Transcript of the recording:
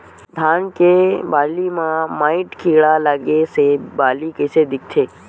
धान के बालि म माईट कीड़ा लगे से बालि कइसे दिखथे?